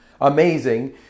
amazing